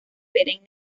perenne